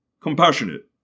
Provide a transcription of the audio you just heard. Compassionate